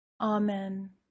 Amen